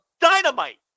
Dynamite